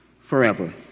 forever